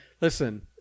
listen